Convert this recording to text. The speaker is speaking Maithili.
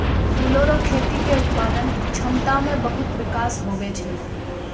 फूलो रो खेती के उत्पादन क्षमता मे बहुत बिकास हुवै छै